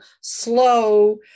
slow